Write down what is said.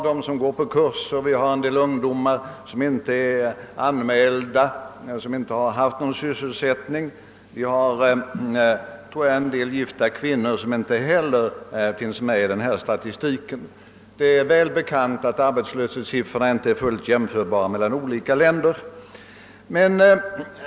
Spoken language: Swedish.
Därutöver finns det folk som går på kurser, ungdomar som inte är anmälda som arbetslösa och inte har haft någon sysselsättning samt en del gifta kvinnor som inte heller är medtagna i statistiken. Det är också väl bekant att arbetslöshetssiffrorna för olika länder inte är fullt jämförbara.